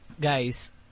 guys